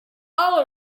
all